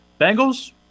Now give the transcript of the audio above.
Bengals